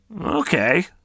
Okay